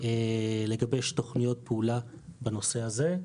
לגבש תוכניות פעולה בנושא הזה.